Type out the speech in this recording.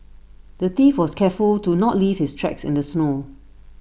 the thief was careful to not leave his tracks in the snow